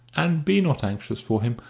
and be not anxious for him,